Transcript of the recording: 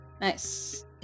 nice